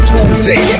Tuesday